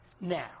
Now